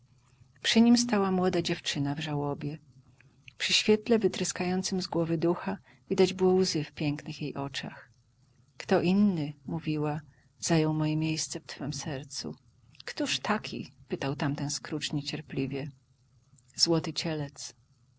przy nim stała młoda dziewczyna w żałobie przy świetle wytryskającem z głowy ducha widać było łzy w pięknych jej oczach kto inny mówiła zajął moje miejsce w twem sercu któż taki pytał tamten scrooge niecierpliwie złoty cielec